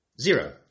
Zero